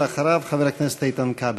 ואחריו, חבר הכנסת איתן כבל.